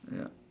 ya